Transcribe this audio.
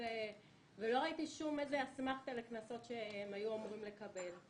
לא ראיתי איזו אסמכתה לקנסות שהם היו אמורים לקבל.